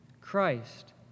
Christ